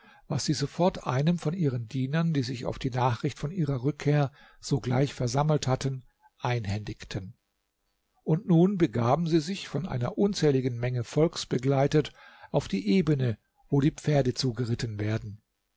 was sie sofort einem von ihren dienern die sich auf die nachricht von ihrer rückkehr sogleich versammelt hatten einhändigten und nun begaben sie sich von einer unzähligen menge volks begleitet auf die ebene wo die pferde zugeritten werden